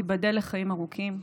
תיבדל לחיים ארוכים,